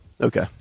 Okay